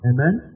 Amen